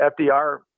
FDR